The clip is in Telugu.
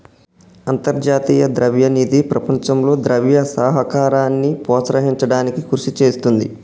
అంతర్జాతీయ ద్రవ్య నిధి ప్రపంచంలో ద్రవ్య సహకారాన్ని ప్రోత్సహించడానికి కృషి చేస్తుంది